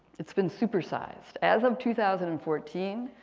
it's been supersized, as of two thousand and fourteen.